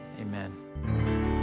Amen